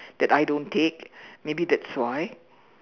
that I don't take maybe that's why